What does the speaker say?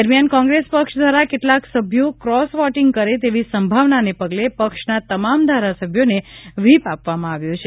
દરમિયાન કોંગ્રેસ પક્ષ દ્વારા કેટલાંક સભ્યો ક્રોસ વોટિંગ કરે તેવી સંભાવનાને પગલે પક્ષના તમામ ધારાસભ્યોને વ્હીપ આપવામાં આવ્યો છે